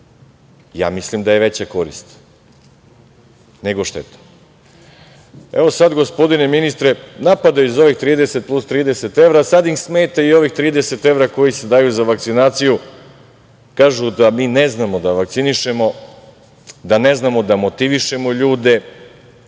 Ja mislim da je veća korist, nego šteta. Gospodine ministre, sada napadaju za ovih 30 plus 30 evra, sada im smeta ovih 30 evra koji se daju za vakcinaciju. Kažu da mi ne znamo da vakcinišemo, da ne znamo da motivišemo ljude.